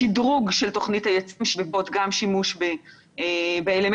שדרוג של תוכנית --- גם שימוש באלמנטים